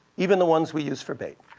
even the ones we use for bait.